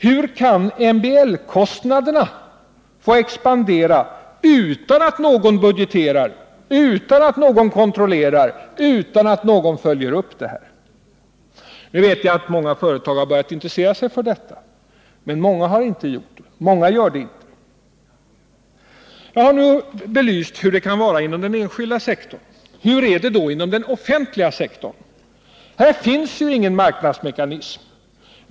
Hur kan MBL-kostnaderna få expandera utan att någon budgeterar, kontrollerar eller följer upp dessa? Jag vet att många företag har börjat intressera sig för detta, men många andra har inte gjort det. Jag har nu belyst hur det kan vara inom den enskilda sektorn. Hur är det då inom den offentliga sektorn? Där finns ju ingen marknadsmekanism.